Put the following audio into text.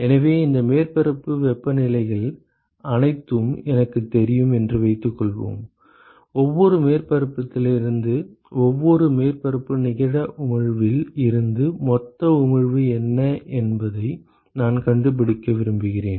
எனவே இந்த மேற்பரப்பு வெப்பநிலைகள் அனைத்தும் எனக்குத் தெரியும் என்று வைத்துக்கொள்வோம் ஒவ்வொரு மேற்பரப்பிலிருந்தும் ஒவ்வொரு மேற்பரப்பு நிகர உமிழ்வில் இருந்து மொத்த உமிழ்வு என்ன என்பதை நான் கண்டுபிடிக்க விரும்புகிறேன்